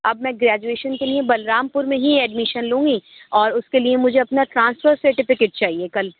اب میں گریجویشن کے لیے بلرام پور میں ہی ایڈمیشن لوں گی اور اس کے لیے مجھے اپنا ٹرانسفر سرٹیفیکٹ چاہیے کل